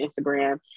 Instagram